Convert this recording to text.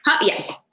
Yes